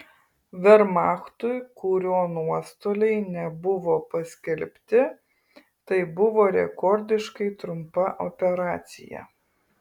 vermachtui kurio nuostoliai nebuvo paskelbti tai buvo rekordiškai trumpa operacija